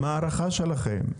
מה ההערכה שלכם?